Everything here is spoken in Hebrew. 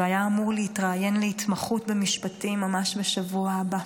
והיה אמור להתראיין להתמחות במשפטים ממש בשבוע הבא.